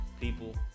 people